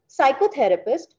psychotherapist